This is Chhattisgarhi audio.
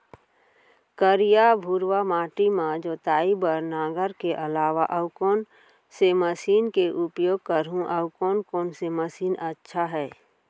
करिया, भुरवा माटी म जोताई बार नांगर के अलावा अऊ कोन से मशीन के उपयोग करहुं अऊ कोन कोन से मशीन अच्छा है?